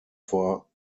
vor